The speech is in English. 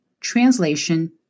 translation